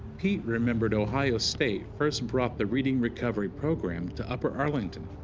pete remembered ohio state first brought the reading recovery program to upper arlington.